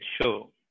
show